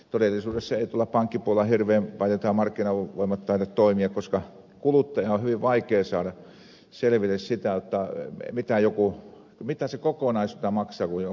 todellisuudessa eivät tuolla pankkipuolella hirveän paljon markkinavoimat taida toimia koska kuluttajan on hyvin vaikea saada selville sitä mitä se kokonaisuutena maksaa kun jonkun pankin asiakkaana on